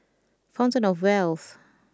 Fountain Of Wealth